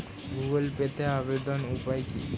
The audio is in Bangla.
গুগোল পেতে আবেদনের উপায় কি?